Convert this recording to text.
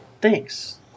Thanks